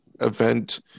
event